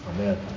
Amen